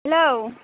hello